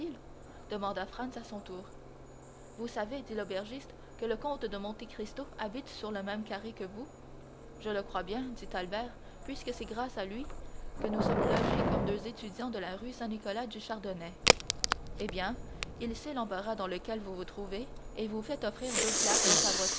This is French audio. demanda franz à son tour vous savez dit l'aubergiste que le comte de monte cristo habite sur le même carré que vous je le crois bien dit albert puisque c'est grâce à lui que nous sommes logés comme deux étudiants de la rue saint nicolas du chardonnet eh bien il sait l'embarras dans lequel vous vous trouvez et vous fait offrir deux places dans sa